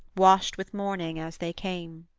washed with morning, as they came.